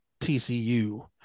TCU